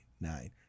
nine